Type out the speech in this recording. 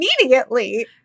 immediately